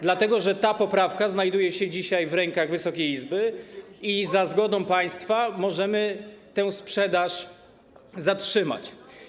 Dlatego że ta poprawka znajduje się dzisiaj w rękach Wysokiej Izby i za zgodą państwa możemy tę sprzedaż zatrzymać.